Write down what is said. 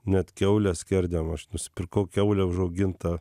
net kiaulę skerdėm aš nusipirkau kiaulę užaugintą